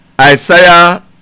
Isaiah